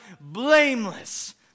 blameless